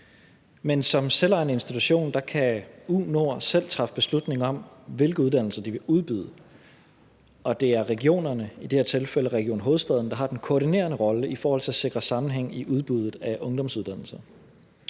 Men som selvejende institution kan U/NORD selv træffe beslutning om, hvilke uddannelser de vil udbyde, og det er regionerne, i det her tilfælde Region Hovedstaden, der har den koordinerende rolle i forhold til at sikre sammenhæng i udbuddet af ungdomsuddannelser.